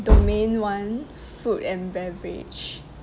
domain one food and beverage